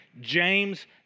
James